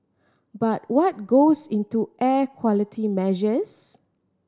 but what goes into air quality measures